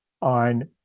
on